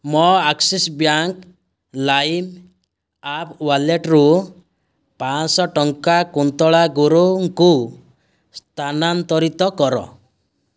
ମୋ Axis bank lime app ୱାଲେଟ୍ରୁ ପାଞ୍ଚଶହ ଟଙ୍କା କୁନ୍ତଳା ଗୁରୁଙ୍କୁ ସ୍ଥାନାନ୍ତରିତ କର